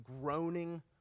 groaning